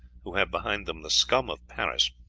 who have behind them the scum of paris,